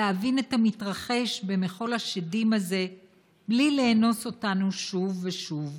להבין את המתרחש במחול השדים הזה בלי לאנוס אותנו שוב ושוב.